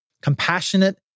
compassionate